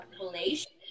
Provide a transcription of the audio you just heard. population